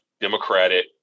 Democratic